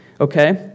okay